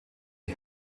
die